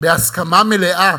בהסכמה מלאה.